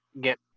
get